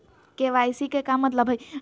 KYC के का मतलब हई?